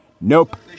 Nope